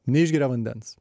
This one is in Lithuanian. neišgeria vandens